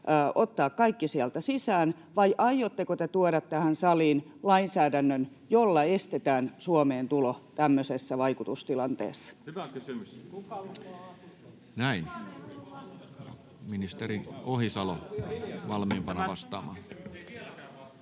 ottaa kaikki sieltä sisään vai aiotteko te tuoda tähän saliin lainsäädännön, jolla estetään Suomeen tulo tämmöisessä vaikutustilanteessa? [Olli Immonen: Hyvä kysymys! Jokohan saataisiin vastaus?